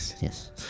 yes